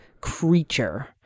creature